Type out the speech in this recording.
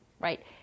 right